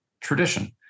tradition